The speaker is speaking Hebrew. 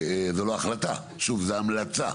זה לא החלטה שוב זה המלצה,